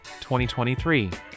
2023